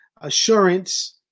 assurance